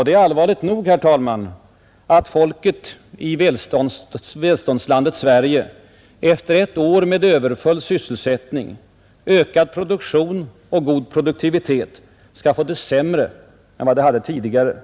Det är allvarligt nog, herr talman, att folket i välståndslandet Sverige efter ett år med överfull sysselsättning, ökad produktion och god produktivitet skall få det sämre än det tidigare hade.